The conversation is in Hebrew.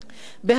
בהנחה,